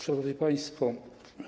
Szanowni Państwo!